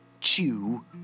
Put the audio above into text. chew